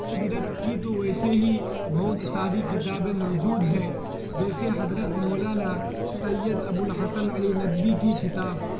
سیرت کی تو ویسے ہی بہت ساری کتابیں موجود ہیں جیسے حضرت مولانا سید ابوالحسن علی ندوی کی کتاب